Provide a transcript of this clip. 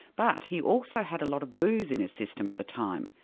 but he also had a lot of booze in his system at the time,